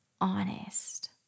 honest